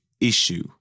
issue